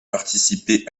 participer